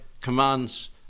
commands